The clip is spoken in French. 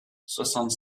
soixante